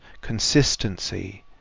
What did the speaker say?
consistency